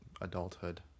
adulthood